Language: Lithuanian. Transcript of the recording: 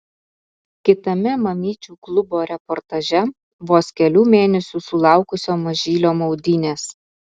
kitame mamyčių klubo reportaže vos kelių mėnesių sulaukusio mažylio maudynės